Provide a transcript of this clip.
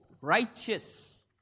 righteous